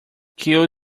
kill